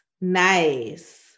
nice